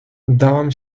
dałam